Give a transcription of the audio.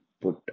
put